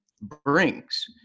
brings